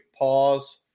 pause